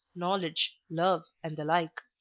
knowledge, love, and the like.